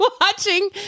watching